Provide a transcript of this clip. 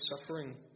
suffering